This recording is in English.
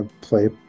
play